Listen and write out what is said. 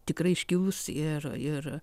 tikrai iškilūs ir ir